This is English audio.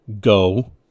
go